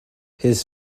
his